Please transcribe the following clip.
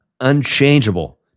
unchangeable